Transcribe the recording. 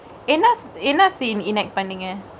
unless unless the en- enact bindingk eh